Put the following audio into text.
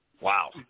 Wow